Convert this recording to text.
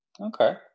Okay